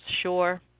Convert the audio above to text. Sure